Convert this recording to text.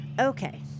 okay